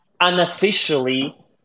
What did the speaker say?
unofficially